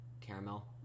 caramel